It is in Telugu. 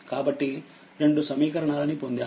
కాబట్టి రెండు సమీకరణాలని పొందాము